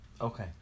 Okay